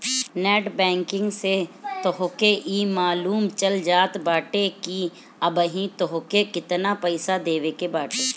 net banking से तोहके इ मालूम चल जात बाटे की अबही तोहके केतना पईसा देवे के बाटे